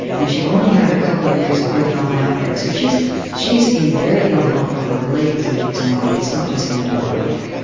and she only had a couple of years of good health after it, so she's she's in very ill health from her late thirty s on, it's not just the end of her life.